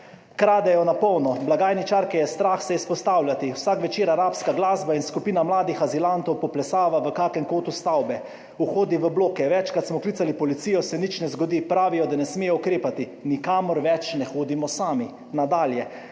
kradejo na polno, blagajničarke je strah se izpostavljati, vsak večer arabska glasba in skupina mladih azilantov poplesava v kakem kotu stavbe. Vhodi v bloke, večkrat smo klicali policijo, se nič ne zgodi, pravijo, da ne smejo ukrepati. Nikamor več ne hodimo sami. Nadalje.